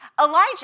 Elijah